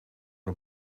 een